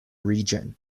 region